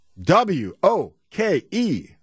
W-O-K-E